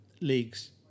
leagues